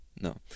No